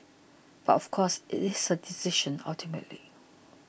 but of course it is her decision ultimately